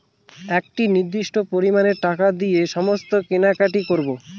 একটি নির্দিষ্ট পরিমানে টাকা দিয়ে সমস্ত কেনাকাটি করবো